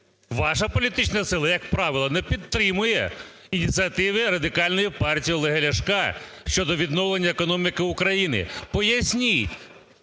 Ваша політична сила, як правило, не підтримує ініціативи Радикальної партії Олега Ляшка щодо відновлення економіки України. Поясніть,